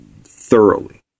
thoroughly